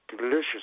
delicious